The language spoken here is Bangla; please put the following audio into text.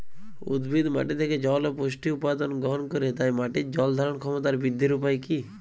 উদ্ভিদ মাটি থেকে জল ও পুষ্টি উপাদান গ্রহণ করে তাই মাটির জল ধারণ ক্ষমতার বৃদ্ধির উপায় কী?